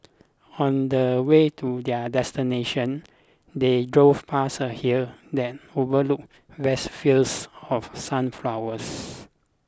on the way to their destination they drove past a hill that overlook vast fields of sunflowers